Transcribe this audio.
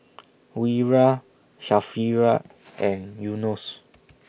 Wira Sharifah and Yunos